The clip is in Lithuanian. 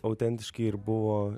autentiškai ir buvo